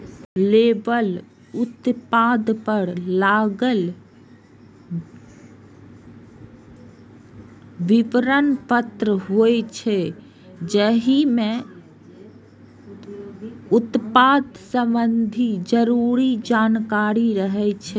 label उत्पाद पर लागल विवरण पत्र होइ छै, जाहि मे उत्पाद संबंधी जरूरी जानकारी रहै छै